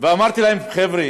אמרתי להם: חבר'ה,